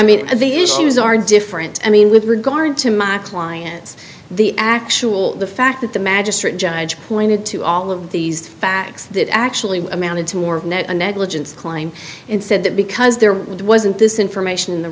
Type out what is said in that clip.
mean the issues are different i mean with regard to my clients the actual the fact that the magistrate judge pointed to all of these facts that actually amounted to more negligence climb and said that because there wasn't this information in the